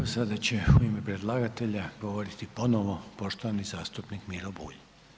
Sada će u ime predlagatelja govoriti ponovno poštovani zastupnik Miro Bulj.